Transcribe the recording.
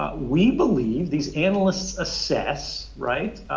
ah we believe these analysts assess, right,